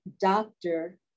doctor